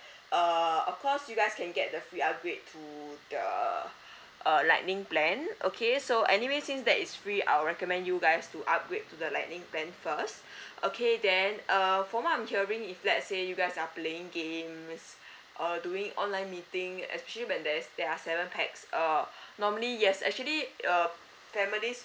err of course you guys can get the free upgrade to the uh lightning plan okay so anyways since that is free I will recommend you guys to upgrade to the lightning plan first okay then err from what I'm hearing if let's say you guys are playing games err doing online meeting actually when there's there are seven pax uh normally yes actually uh families